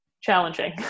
challenging